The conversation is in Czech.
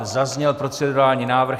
Zazněl procedurální návrh.